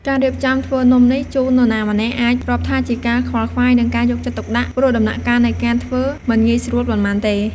ការរៀបចំំធ្វើនំនេះជូននរណាម្នាក់អាចរាប់ថាជាការខ្វល់ខ្វាយ និងការយកចិត្តទុកដាក់ ព្រោះដំណាក់កាលនៃការធ្វើមិនងាយស្រួលប៉ុន្មានទេ។